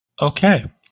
okay